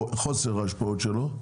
או חוסר ההשפעות שלו.